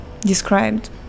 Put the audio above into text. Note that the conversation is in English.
described